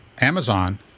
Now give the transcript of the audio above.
Amazon